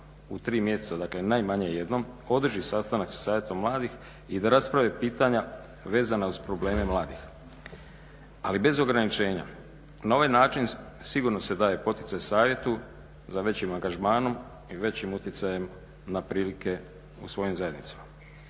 u tri mjeseca, dakle najmanje jednom, održi sastanak sa Savjetom mladih i da rasprave pitanja vezana uz probleme mladih ali bez ograničenja. Na ovaj način sigurno se daje poticaj savjetu za većim angažmanom i većim utjecajem na prilike u svojim zajednicama.